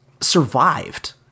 survived